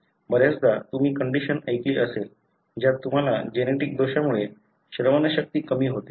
बऱ्याचदा तुम्ही कंडिशन ऐकले असेल ज्यात तुम्हाला जेनेटिक दोषामुळे श्रवणशक्ती कमी होते